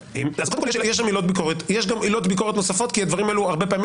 קודם כל יש גם עילות ביקורת נוספות כי הדברים האלה הרבה פעמים